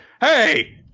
hey